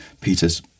Peter's